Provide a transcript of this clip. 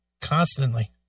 Constantly